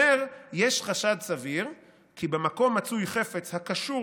אומר: יש חשד סביר כי במקום מצוי חפץ הקשור